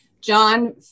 John